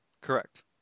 Correct